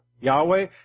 Yahweh